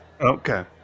Okay